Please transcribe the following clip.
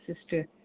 Sister